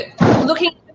Looking